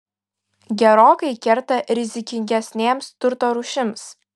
gerokai kerta rizikingesnėms turto rūšims